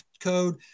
code